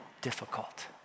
difficult